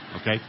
Okay